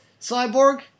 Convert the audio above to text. Cyborg